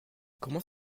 comment